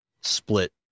split